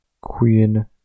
Queen